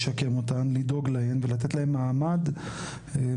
לשקם אותן, לדאוג להן ולתת להן מעמד קבע.